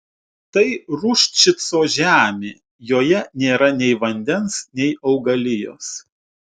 tai ruščico žemė joje nėra nei vandens nei augalijos